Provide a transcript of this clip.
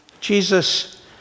Jesus